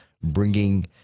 bringing